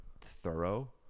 thorough